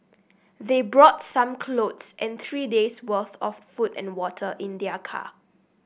they brought some clothes and three day's worth of food and water in their car